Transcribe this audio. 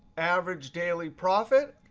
average daily profit.